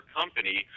company